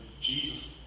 Jesus